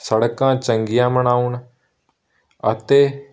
ਸੜਕਾਂ ਚੰਗੀਆਂ ਬਣਾਉਣ ਅਤੇ